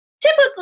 Typically